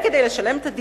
כדי להחזיר את ההלוואה,